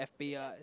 FBI